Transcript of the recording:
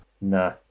Nah